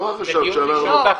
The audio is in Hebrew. מה חשבת,